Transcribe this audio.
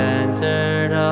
entered